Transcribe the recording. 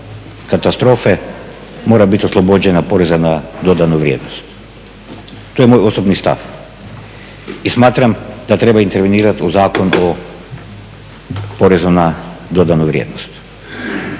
katastrofe mora biti oslobođena poreza na dodanu vrijednost, to je moj osobni stav i smatram da treba intervenirati u Zakon o porezu na dodanu vrijednost.